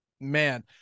man